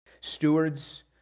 Stewards